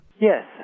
Yes